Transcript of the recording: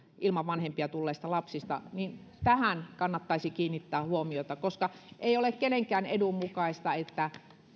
ilman vanhempia tulleista lapsista niin tähän kannattaisi kiinnittää huomiota koska ei ole kenenkään edun mukaista että